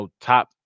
top